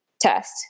test